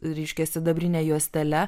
ryškia sidabrine juostele